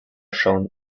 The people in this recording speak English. shown